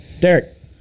Derek